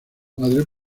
madre